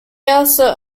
also